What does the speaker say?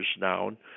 down